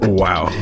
wow